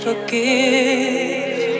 Forgive